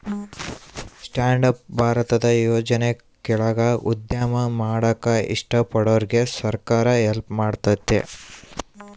stand up ಭಾರತದ ಯೋಜನೆ ಕೆಳಾಗ ಉದ್ಯಮ ಮಾಡಾಕ ಇಷ್ಟ ಪಡೋರ್ಗೆ ಸರ್ಕಾರ ಹೆಲ್ಪ್ ಮಾಡ್ತತೆ